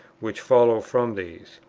which follows from these.